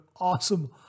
awesome